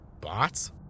Bots